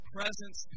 Presence